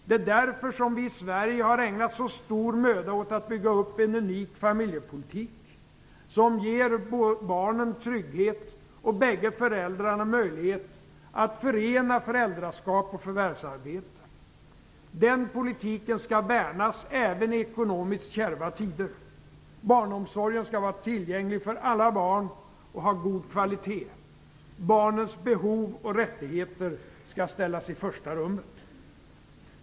Det är därför som vi i Sverige har ägnat så stor möda åt att bygga upp en unik familjepolitik, som ger både barnen trygghet och bägge föräldrarna möjlighet att förena föräldraskap och förvärvsarbete. Den politiken skall värnas, även i ekonomiskt kärva tider. Barnomsorgen skall vara tillgänglig för alla barn och ha god kvalitet. Barnens behov och rättigheter skall ställas i första rummet.